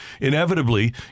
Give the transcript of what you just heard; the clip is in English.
inevitably